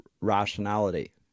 rationality